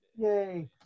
Yay